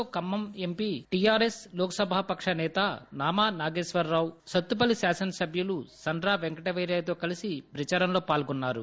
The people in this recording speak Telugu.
లో ఖమ్మం ఎంపీ టీఆర్ఎస్ లోక్ సభా పక్ష నేత నామా నాగేశ్వరరావు సత్తుపల్లి ఎమ్మెల్యే సండ్ర పెంకటవీరయ్య ఎన్ని కల ప్రదారంలో పాల్గొన్నారు